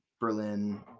Berlin